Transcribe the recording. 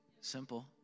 Simple